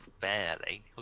Barely